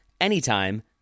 anytime